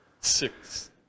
six